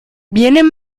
vienen